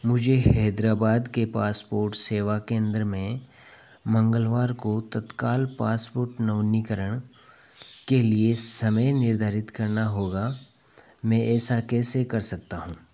मुझे हैदराबाद के पासपोर्ट सेवा केंद्र में मंगलवार को तत्काल पासपोर्ट नवीनीकरण के लिए समय निर्धारित करना होगा मैं ऐसा कैसे कर सकता हूँ